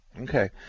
Okay